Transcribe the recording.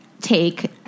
take